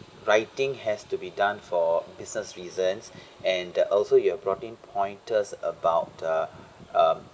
writing has to be done for business reasons and that also you've brought in pointers about uh uh